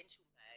אין שום בעיה.